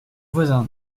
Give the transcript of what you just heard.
voisins